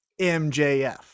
mjf